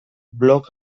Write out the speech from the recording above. blog